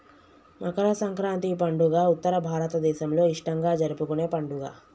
మకర సంక్రాతి పండుగ ఉత్తర భారతదేసంలో ఇష్టంగా జరుపుకునే పండుగ